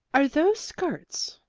are those skirts?